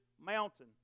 mountain